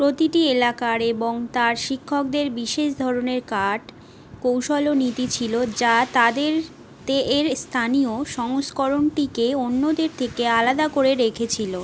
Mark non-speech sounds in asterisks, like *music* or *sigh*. প্রতিটি এলাকার এবং তার শিক্ষকদের বিশেষ ধরনের কাট কৌশল ও নীতি ছিল যা তাদের তেয়ের *unintelligible* স্থানীয় সংস্করণটিকে অন্যদের থেকে আলাদা করে রেখেছিল